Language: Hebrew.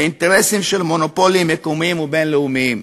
לאינטרסים של מונופולים מקומיים ובין-לאומיים.